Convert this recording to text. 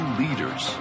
leaders